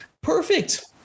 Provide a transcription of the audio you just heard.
Perfect